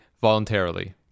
voluntarily